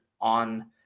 on